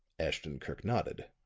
ashton-kirk nodded.